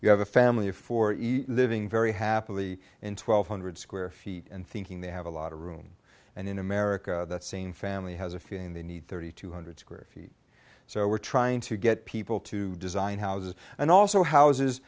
you have a family of four living very happily in twelve hundred square feet and thinking they have a lot of room and in america the same family has a feeling they need thirty two hundred square feet so we're trying to get people to design houses and also houses